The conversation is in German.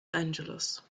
angeles